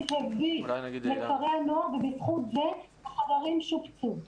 הביא לכפרי הנוער ובזכות זה החדשים שופצו.